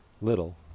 little